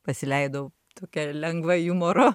pasileidau tokia lengva jumoro